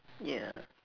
yeah